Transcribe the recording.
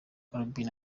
albin